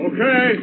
Okay